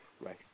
Right